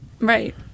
right